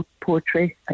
poetry